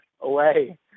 away